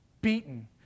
beaten